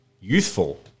youthful